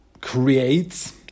creates